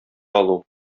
алу